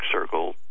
circle